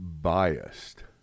biased